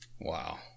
Wow